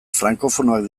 frankofonoak